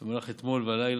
אני אומר לך, אתמול בלילה.